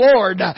Lord